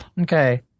okay